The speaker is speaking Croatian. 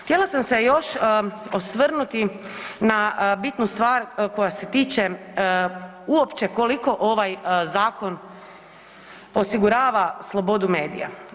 Htjela sam se još osvrnuti na bitnu stvar koja se tiče uopće koliko ovaj zakon osigurava slobodu medija.